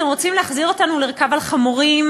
אתם רוצים להחזיר אותנו לרכוב על חמורים,